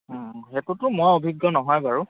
সেইটোতটো মই অভিজ্ঞ নহয় বাৰু